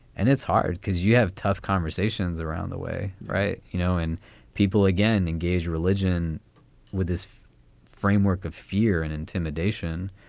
and it's hard because you have tough conversations around the way. right. you know, and people, again, engage religion with this framework of fear and intimidation.